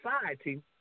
society